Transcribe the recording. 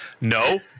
No